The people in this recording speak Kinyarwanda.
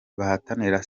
bahatanira